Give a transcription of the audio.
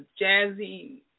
jazzy